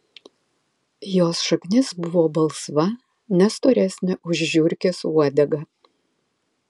jos šaknis buvo balsva ne storesnė už žiurkės uodegą